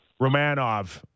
Romanov